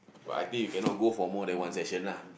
but I think you cannot go for more than one session lah